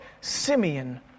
Simeon